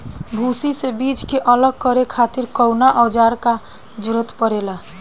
भूसी से बीज के अलग करे खातिर कउना औजार क जरूरत पड़ेला?